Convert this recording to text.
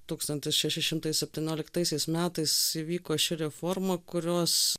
tūkstantis šeši šimtai septynioliktaisiais metais įvyko ši reforma kurios